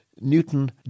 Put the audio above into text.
Newton